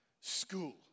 school